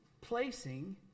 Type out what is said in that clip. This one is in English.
placing